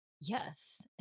Yes